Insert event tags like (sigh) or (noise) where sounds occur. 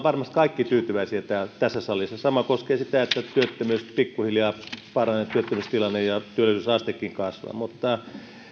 (unintelligible) varmasti kaikki tyytyväisiä tässä salissa sama koskee sitä että työttömyys pikkuhiljaa paranee työttömyystilanne ja työllisyysastekin kasvaa mutta